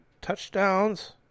touchdowns